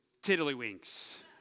tiddlywinks